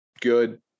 good